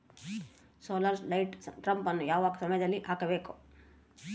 Solar light ಟ್ರಾಪನ್ನು ಯಾವ ಸಮಯದಲ್ಲಿ ಹಾಕಬೇಕು?